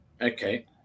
Okay